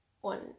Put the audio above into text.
one